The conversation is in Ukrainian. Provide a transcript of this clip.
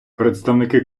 представники